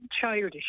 childish